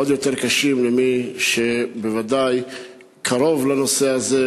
והם בוודאי עוד יותר קשים למי שקרוב לנושא הזה,